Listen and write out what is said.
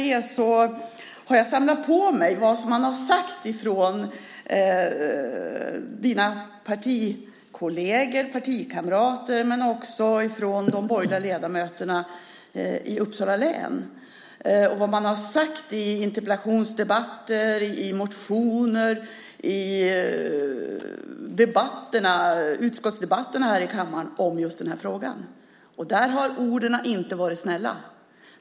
Jag har samlat på mig vad dina partikamrater och de borgerliga ledamöterna i Uppsala län har sagt och vad man har sagt i interpellationsdebatter, i motioner och i utskottsdebatterna här i kammaren i den här frågan. Orden har inte varit snälla.